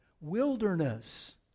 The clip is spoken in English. Wilderness